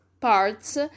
parts